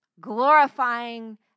Glorifying